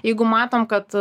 jeigu matom kad